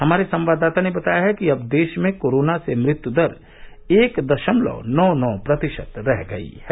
हमारे संवाददाता ने बताया है कि अब देश में कोरोना से मृत्यु दर एक दशमलव नौ नौ प्रतिशत रह गई है